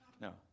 No